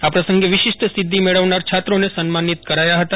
આ પ્રસંગે વિશિષ્ટ સિધ્ધિ મેળવનાર છાત્રોને સન્માનિત કરાયા હતા